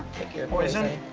pick your poison.